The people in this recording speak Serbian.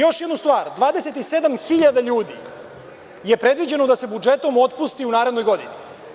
Još jedna stvar, 27.000 ljudi je predviđeno da se budžetom otpusti u narednoj godini.